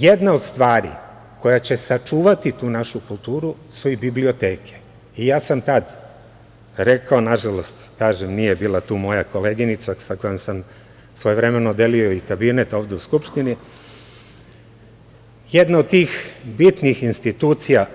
Jedna od stvari koja će sačuvati tu našu kulturu su i biblioteke i ja sam tad rekao, nažalost kažem nije bila tu moja koleginica sa kojom sam svojevremeno delio i kabinet ovde u Skupštini, jedna od tih bitnih institucija